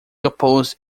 opposed